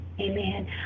Amen